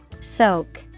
Soak